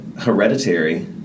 hereditary